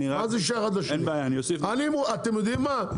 אתם יודעים מה?